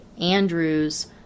Andrew's